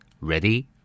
Ready